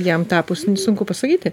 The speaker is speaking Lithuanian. jam tapus sunku pasakyti